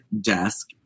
desk